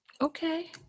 Okay